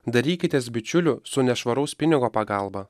darykitės bičiulių su nešvaraus pinigo pagalba